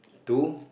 to